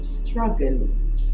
struggles